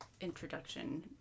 introduction